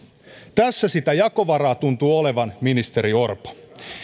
tässä sitä jakovaraa tuntuu olevan ministeri orpo